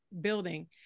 building